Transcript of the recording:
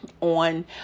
on